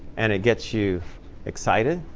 and it gets you excited.